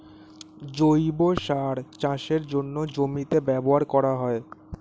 জৈব সার চাষের জন্যে জমিতে ব্যবহার করা হয়